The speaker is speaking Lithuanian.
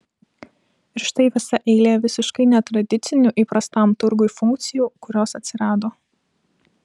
ir štai visa eilė visiškai netradicinių įprastam turgui funkcijų kurios atsirado